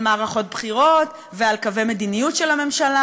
מערכות בחירות ועל קווי מדיניות של הממשלה,